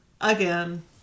again